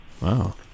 wow